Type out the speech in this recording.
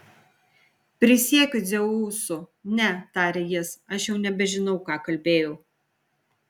prisiekiu dzeusu ne tarė jis aš jau nebežinau ką kalbėjau